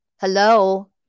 hello